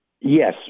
Yes